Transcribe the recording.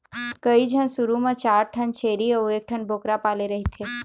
कइझन शुरू म चार ठन छेरी अउ एकठन बोकरा पाले रहिथे